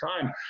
time